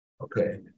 Okay